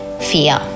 fear